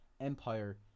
empire